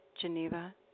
Geneva